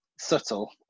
subtle